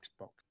Xbox